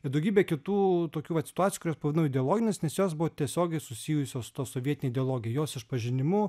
ir daugybė kitų tokių vat situacijų kurias pavadinau ideologinės nes jos buvo tiesiogiai susijusios tos sovietine ideologija jos išpažinimu